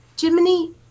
Jiminy